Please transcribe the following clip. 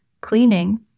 cleaning